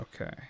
okay